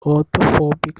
orthorhombic